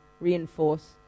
reinforce